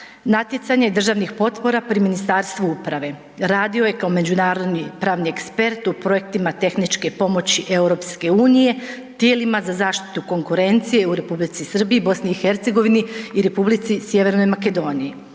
natjecanja i državnih potpora pri Ministarstvu uprave. Radio je kao međunarodni pravni ekspert u projektima tehničke pomoći EU-u, tijelima za zaštitu konkurencije u Republici Srbiji, BiH-a i Republici Sj. Makedoniji.